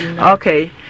Okay